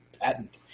Patent